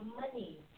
money